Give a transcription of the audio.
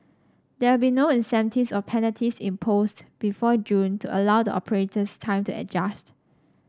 there will be no incentives or penalties imposed before June to allow the operators time to adjust